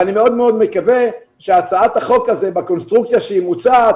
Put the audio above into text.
אני מאוד מאוד מקווה שהצעת החוק הזאת בקונסטרוקציה שהיא מוצעת,